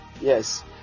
Yes